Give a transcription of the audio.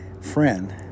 friend